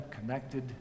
connected